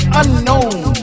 unknown